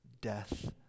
death